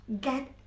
get